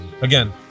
again